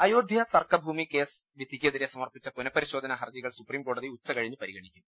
അയോധ്യാ തർക്കഭൂമി കേസ് വിധിക്കെതിരെ സമർപ്പിച്ച പുനപരിശോധനാ ഹർജികൾ സുപ്രീംകോടതി ഉച്ചകഴിഞ്ഞ് പരി ഗണിക്കും